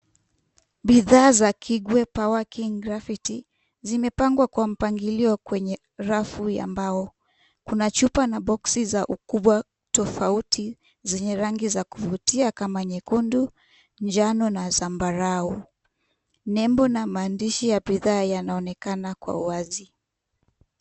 Bidhaa za Kigwe Power King gravity zimepangwa kwa mpangilio kwenye rafu ya mbao. Kuna chupa na boksi za ukubwa tofauti zenye rangi za kuvutia kama nyekundu, njano na zambarau. Nembo na maandishi ya bidhaa yanaonekana kwa wazi.